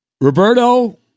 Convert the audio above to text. Roberto